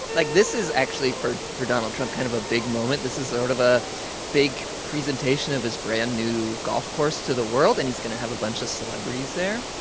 like, this is actually, for for donald trump, kind of a big moment. this is sort of a big presentation of his brand new golf course to the world. and he's going to have a bunch of celebrities there